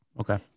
Okay